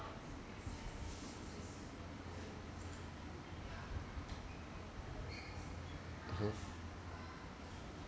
mmhmm